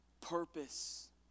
Purpose